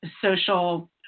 social